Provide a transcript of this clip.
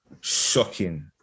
shocking